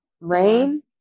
Rain